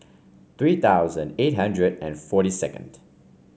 three thousand eight hundred and forty second